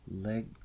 Leg